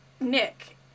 Nick